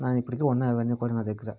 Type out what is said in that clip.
నావి ఇప్పటికీ ఉన్నాయి అవన్నీ కూడా నా దగ్గర